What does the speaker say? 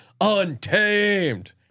untamed